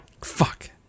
Fuck